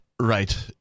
Right